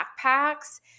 backpacks